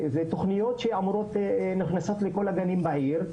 אלו תכניות שנכנסות לכל הגנים בעיר,